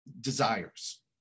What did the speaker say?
desires